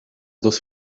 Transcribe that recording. dos